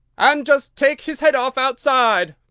and just take his head off outside,